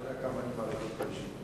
אתה יודע כמה אני מעריך אותך אישית.